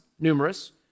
numerous